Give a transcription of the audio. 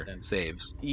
saves